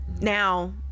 Now